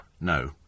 No